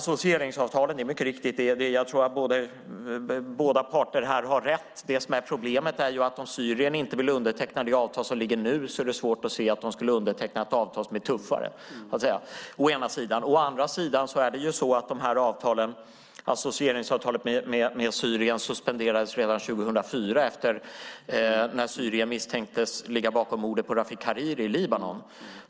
Jag tror att båda parter här har rätt om associeringsavtalen. Det som är problemet är att om Syrien inte vill underteckna det avtal som föreligger nu är det svårt att se att man skulle underteckna ett avtal som är tuffare å ena sidan. Å andra sidan suspenderades associeringsavtalet med Syrien redan 2004 när Syrien misstänktes ligga bakom mordet på Rafiq Hariri i Libanon.